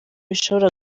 bishobora